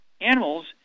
Animals